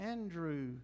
Andrew